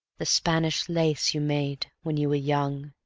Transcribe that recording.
the spanish lace you made when you were young,